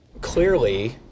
clearly